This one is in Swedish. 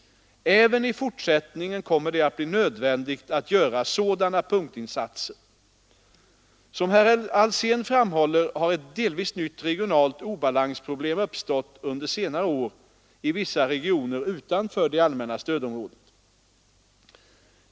Även i fortsättningen kommer det att bli nödvändigt att göra sådana punktinsatser. Som herr Alsén framhåller har ett delvis nytt regionalt obalansproblem uppstått under senare år i vissa regioner utanför det allmänna stödområdet.